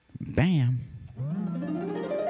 Bam